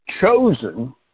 Chosen